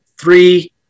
three